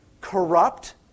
corrupt